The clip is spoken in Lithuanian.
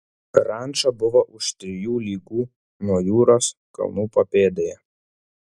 ranča buvo už trijų lygų nuo jūros kalnų papėdėje